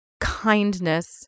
kindness